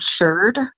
insured